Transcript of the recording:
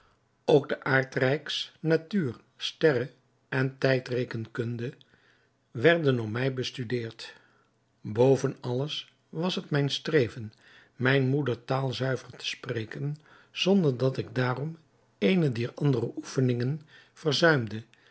ook de aardrijksnatuur sterre en tijdrekenkunde werden door mij bestudeerd boven alles was het mijn streven mijne moedertaal zuiver te spreken zonder dat ik daarom eene dier andere oefeningen